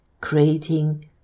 creating